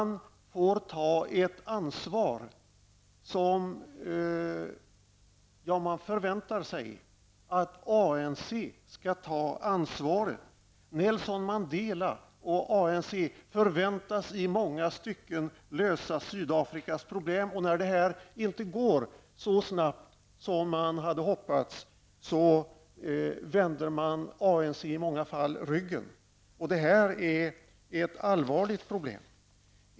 Nelson Mandela och ANC förväntas i många stycken lösa Sydafrikas problem. När detta inte går så snabbt som man har hoppats, så vänder man i många fall ANC ryggen, och det är mycket allvarligt.